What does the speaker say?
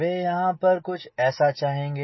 वे यहाँ पर कुछ ऐसा चाहेंगे